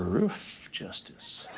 woof justice.